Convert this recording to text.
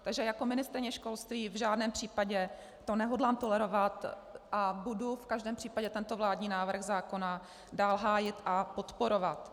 Takže jako ministryně školství v žádném případě to nehodlám tolerovat a budu v každém případě tento vládní návrh zákona dál hájit a podporovat.